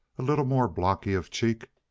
a little more blocky of cheek,